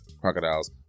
Crocodile's